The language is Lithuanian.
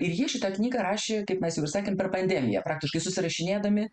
ir jie šitą knygą rašė kaip mes jau ir sakėm per pandemiją praktiškai susirašinėdami